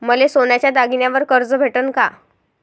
मले सोन्याच्या दागिन्यावर कर्ज भेटन का?